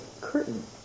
curtain